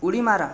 उडी मारा